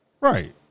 Right